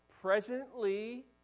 presently